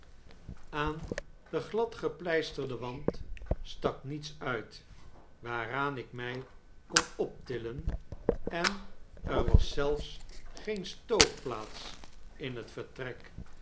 aan den glad gepleisterden wand stak niets uit waaraan ik my kon optillen en er was zelfs geen stookplaats in het vertrek